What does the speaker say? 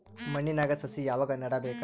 ಮಣ್ಣಿನಾಗ ಸಸಿ ಯಾವಾಗ ನೆಡಬೇಕರಿ?